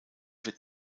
wird